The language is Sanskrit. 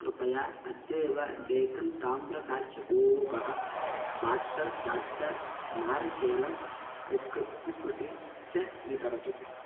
कृपया अद्यैव डेकन् ताम्रकाच्यकूपः बाट्टर् चाट्टर् नारिकेलं कुक् कुक्कुसी च वितरतु